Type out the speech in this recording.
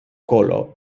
kolo